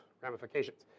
ramifications